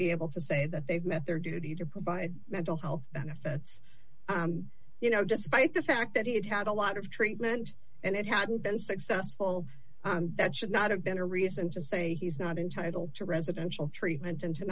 be able to say that they've met their duty to provide mental health benefits you know just by the fact that he had had a lot of treatment and it hadn't been successful that should not have been a reason to say he's not entitled to residential treatment and to